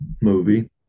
movie